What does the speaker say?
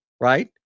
right